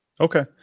Okay